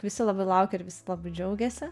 visi labai laukia ir visi labai džiaugiasi